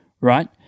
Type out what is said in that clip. right